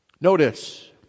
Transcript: Notice